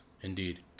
Indeed